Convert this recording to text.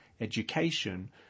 education